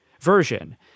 version